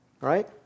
Right